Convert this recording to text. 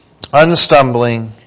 unstumbling